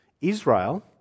Israel